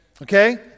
Okay